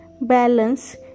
balance